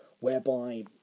whereby